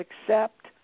accept